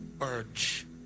urge